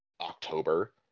October